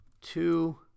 two